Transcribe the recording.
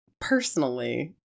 personally